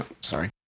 Sorry